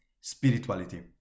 spirituality